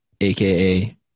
aka